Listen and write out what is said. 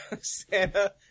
Santa